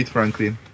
Franklin